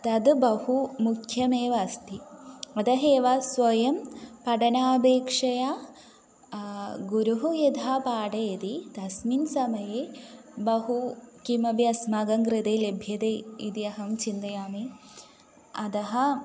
तत् बहु मुख्यमेव अस्ति अतः एव स्वयं पठनापेक्षया गुरुः यथा पाठयति तस्मिन् समये बहु किमपि अस्माकं कृते लभ्यते इति अहं चिन्तयामि अतः